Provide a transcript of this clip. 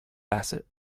bassett